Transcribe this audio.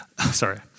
sorry